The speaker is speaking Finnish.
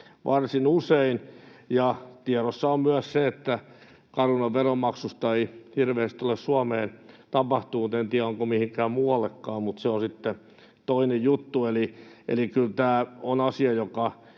varsin usein. Tiedossa on myös se, että Carunan veronmaksusta ei hirveästi ole Suomeen tapahtunut — en tiedä, onko mihinkään muuallekaan, mutta se on sitten toinen juttu. Eli tämä on asia, joka